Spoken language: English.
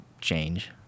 change